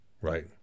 right